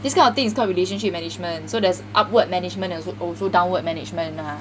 this kind of thing is called relationship management so there's upward management has also downward management ah